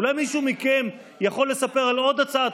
אולי מישהו מכם יכול לספר על עוד הצעת